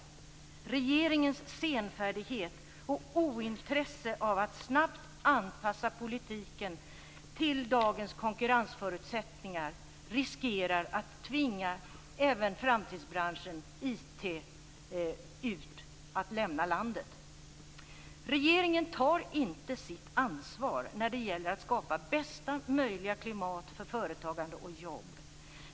Regeringens senfärdighet och ointresse när det gäller att snabbt anpassa politiken till dagens konkurrensförutsättningar riskerar att tvinga även framtidsbranschen IT att lämna landet. Regeringen tar inte sitt ansvar när det gäller att skapa bästa möjliga klimat för företagande och jobb.